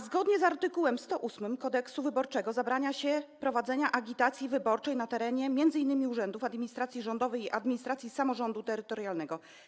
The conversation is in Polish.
Zgodnie z art. 108 Kodeksu wyborczego zabrania się prowadzenia agitacji wyborczej na terenie m.in. urzędów administracji rządowej i administracji samorządu terytorialnego.